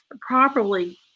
properly